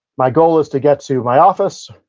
my goal is to get to my office,